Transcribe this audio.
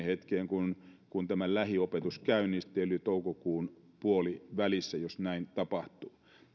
hetkeen kun kun tämä lähiopetus käynnistyy eli toukokuun puolivälissä jos näin tapahtuu